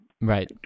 Right